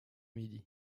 midi